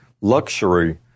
luxury